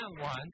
one